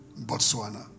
Botswana